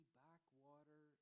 backwater